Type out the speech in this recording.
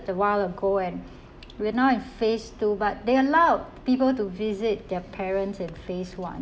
a while ago and we're now in phase two but they allowed people to visit their parents in phase one